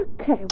Okay